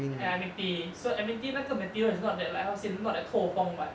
ya admin tee so admin tee 那个 material is not that like how to say not that 透风 [what]